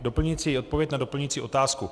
Doplňující odpověď na doplňující otázku.